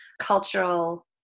cultural